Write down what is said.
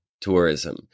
tourism